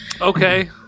Okay